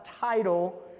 title